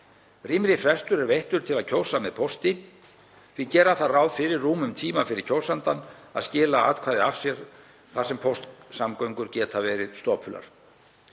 Rýmri frestur er veittur til að kjósa með pósti því að gera þarf ráð fyrir rúmum tíma fyrir kjósandann að skila atkvæði af sér þar sem póstsamgöngur geta verið stopular.